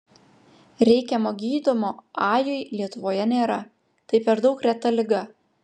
reikiamo gydymo ajui lietuvoje nėra tai per daug reta liga